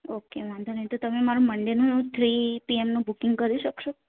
okay વાંધો નહિ તો તમે મારું મંડેનું થ્રી પીએમ નું બુકિંગ કરી શકશો